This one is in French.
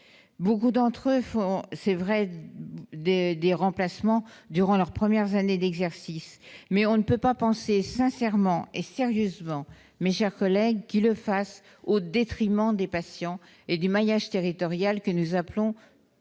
Beaucoup d'entre eux, c'est vrai, font des remplacements durant leurs premières années d'exercice, mais on ne peut pas penser sincèrement et sérieusement, mes chers collègues, que c'est au détriment des patients et du maillage territorial que nous appelons tous de